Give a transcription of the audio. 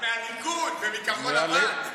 גם מהליכוד ומכחול לבן.